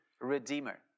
redeemer